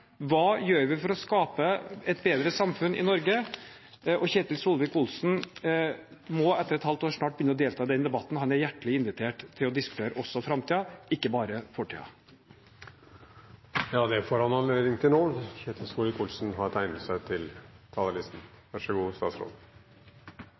Hva gjør vi for å skape et bedre samfunn i Norge? Ketil Solvik-Olsen må etter et halvt år snart begynne å delta i den debatten. Han er hjertelig velkommen til å diskutere også framtiden, ikke bare fortiden. Det får han anledning til nå. Statsråd Ketil Solvik-Olsen har tegnet seg på talerlisten.